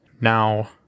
Now